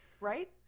Right